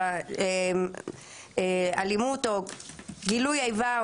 אלימות או גילוי איבה,